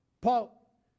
Paul